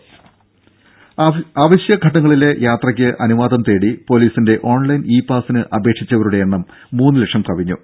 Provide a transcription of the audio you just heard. രും അത്യാവശ്യഘട്ടങ്ങളിലെ യാത്രയ്ക്ക് അനുവാദം തേടി പൊലീസിന്റെ ഓൺലൈൻ ഇ പാസിന് അപേക്ഷിച്ചവരുടെ എണ്ണം മൂന്ന് ലക്ഷം കവിഞ്ഞു